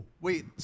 wait